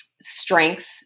strength